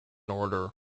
order